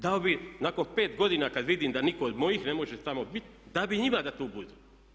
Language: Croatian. Dao bi nakon 5 godina kad vidim da nitko od mojih ne može tamo biti dao bih njima da tu budu.